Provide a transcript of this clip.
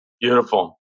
Beautiful